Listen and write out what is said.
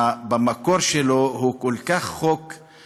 במקור שלו הוא חוק כל כך רע,